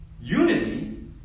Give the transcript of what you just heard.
Unity